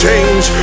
Change